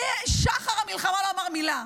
משחר המלחמה לא אמר מילה.